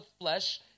flesh